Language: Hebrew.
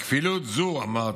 כפילות זו, כפי שאמרתי,